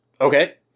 Okay